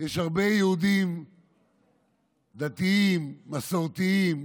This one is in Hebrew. יש הרבה יהודים דתיים, מסורתיים,